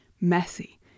messy